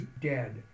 dead